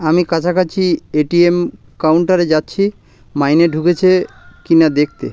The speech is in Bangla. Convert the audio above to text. আমি কাছাকাছি এ টি এম কাউন্টারে যাচ্ছি মাইনে ঢুকেছে কিনা দেখতে